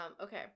Okay